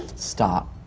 stop